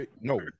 no